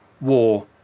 war